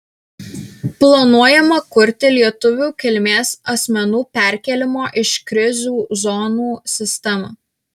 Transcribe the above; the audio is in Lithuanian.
planuojama kurti lietuvių kilmės asmenų perkėlimo iš krizių zonų sistemą